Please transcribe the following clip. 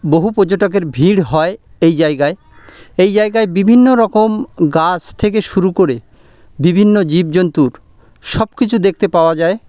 বহু পর্যটকের ভিড় হয় এই জায়গায় এই জায়গায় বিভিন্ন রকম গাছ থেকে শুরু করে বিভিন্ন জীবজন্তুর সব কিছু দেখতে পাওয়া যায়